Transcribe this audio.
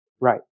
Right